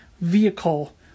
vehicle